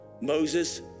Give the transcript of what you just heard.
Moses